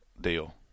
deal